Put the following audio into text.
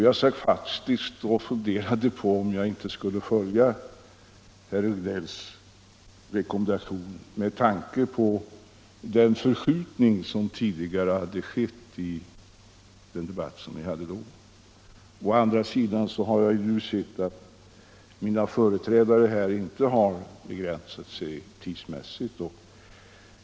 Jag har faktiskt funderat på om jag inte skulle följa herr Regnélls rekommendation, med tanke på den förskjutning som skedde i den tidigare debatten. Å andra sidan har jag sett att mina föregångare här i talarstolen inte har begränsat sig tidsmässigt.